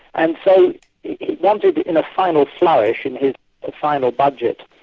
and so he wanted in a final flourish in his final budget,